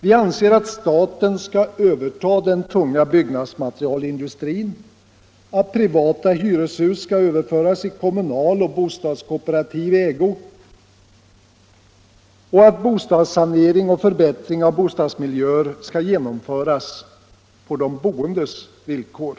Vi anser att staten skall överta den tunga byggnadsmaterialindustrin, att privata hyreshus skall överföras i kommunal och bostadskooperativ ägo och att bostadssanering och förbättring av bostadsmiljöer skall genomföras på de boendes villkor.